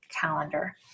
calendar